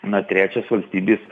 na trečios valstybės